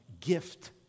gift